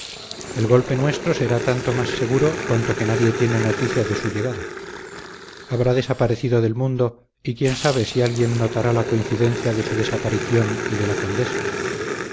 el golpe nuestro será tanto más seguro cuanto que nadie tiene noticia de su llegada habrá desaparecido del mundo y quién sabe si alguien notará la coincidencia de su desaparición y de la condesa